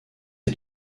est